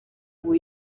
ubu